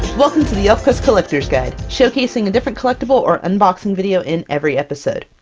welcome to the elfquest collector's guide, showcasing a different collectible or unboxing video in every episode!